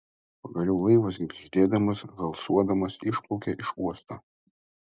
pagaliau laivas girgždėdamas halsuodamas išplaukė iš uosto